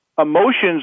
emotions